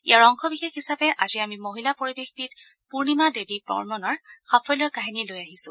ইয়াৰ অংশ হিচাপে আজি আমি মহিলা পৰিৱেশবিদ পূৰ্ণিমা দেৱী বৰ্মনৰ সাফল্যৰ কাহিনী লৈ আহিছো